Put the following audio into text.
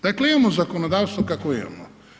Dakle, imamo zakonodavstvo kakvo imamo.